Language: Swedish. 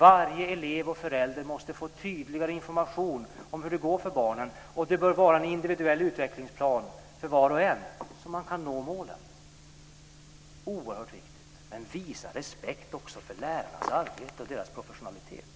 Varje elev och förälder måste få tydligare information om hur det går för barnen och det bör vara en individuell utvecklingsplan för var och en så att man kan nå målen. Det är oerhört viktigt. Men visa respekt också för lärarnas arbete och deras professionalitet!